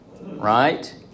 right